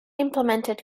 implemented